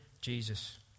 Jesus